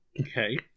okay